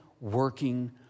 working